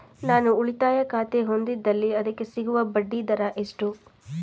ನಾನು ಉಳಿತಾಯ ಖಾತೆ ಹೊಂದಿದ್ದಲ್ಲಿ ಅದಕ್ಕೆ ಸಿಗುವ ಬಡ್ಡಿ ದರ ಎಷ್ಟು?